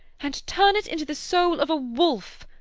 and turn it into the soul of a wolf!